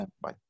Bye